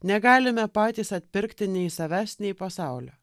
negalime patys atpirkti nei savęs nei pasaulio